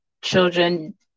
children